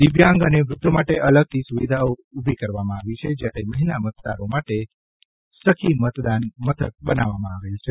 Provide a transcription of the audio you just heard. દિવ્યાંગ અને વ્રધ્ધો માટે અલગથી સ્ત્વિધાઓ ઊભી કરવામાં આવી છે જ્યારે મહિલા મતદારો માટે સખી મતદાન મથક બનાવવામાં આવ્યા છે